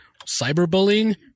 cyberbullying